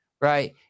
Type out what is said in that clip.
right